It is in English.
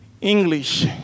English